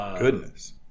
Goodness